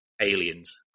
aliens